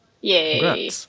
Yay